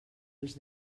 els